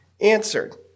answered